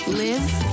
live